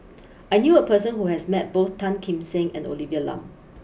I knew a person who has met both Tan Kim Seng and Olivia Lum